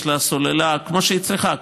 יש לה סוללה כמו שהיא צריכה.